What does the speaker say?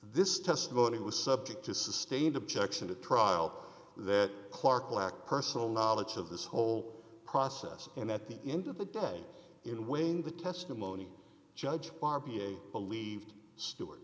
this testimony was subject to sustained objection to trial that clark lacked personal knowledge of this whole process and at the end of the day in wayne the testimony judge r b a believed stewart